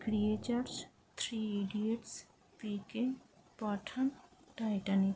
creatures Three Idiots PK Pathaan Titanic